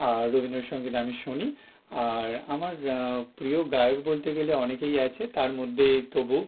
আর রবীন্দ্রসঙ্গীত আমি শুনি আর আমার প্রিয় গায়ক বলতে গেলে অনেকেই আছে তার মধ্যে তবু